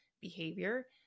behavior